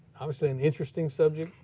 obviously an interesting subject